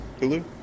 Hulu